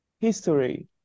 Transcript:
history